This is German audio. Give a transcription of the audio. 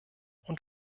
und